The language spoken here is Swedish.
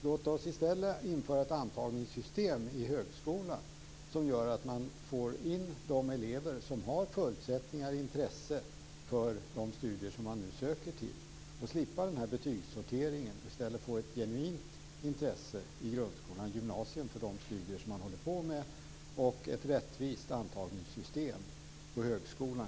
Låt oss i stället införa ett antagningssystem i högskolan som gör att vi får in de elever som har förutsättningar och intresse för de studier som de söker till. Låt oss slippa betygssorteringen och i stället få elever med ett genuint intresse i grundskolan och gymnasiet för de studier de håller på med och ett rättvist antagningssystem på högskolan.